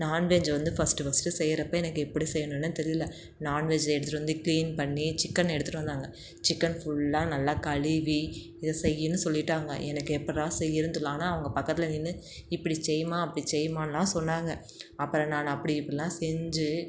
non veg வந்து first first செய்கிறப்ப எனக்கு எப்படி செய்யணும்னே தெரியல நான்வெஜ்ஜை எடுத்துட்டு வந்து க்ளீன் பண்ணி சிக்கன் எடுத்துட்டு வந்தாங்க சிக்கன் ஃபுல்லாக நல்லா கழுவி இதை செய்யின்னு சொல்லிட்டாங்க எனக்கு எப்புடிறா செய்யணுன்னு தெரில ஆனால் அவங்க பக்கத்தில் நின்று இப்படி செய்மா அப்படி செய்மானுலாம் சொன்னாங்க அப்புறம் நான் அப்படி இப்படிலாம் செஞ்சு